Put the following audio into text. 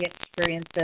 experiences